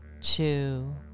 two